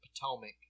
Potomac